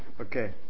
Okay